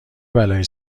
بلایی